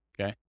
okay